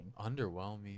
underwhelming